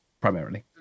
primarily